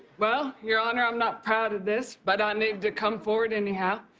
well, your honor, i'm not proud of this, but i needed to come forward anyhow.